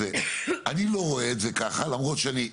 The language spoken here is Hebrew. אני לא רואה את זה ככה למרות שאני,